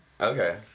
okay